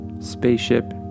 Spaceship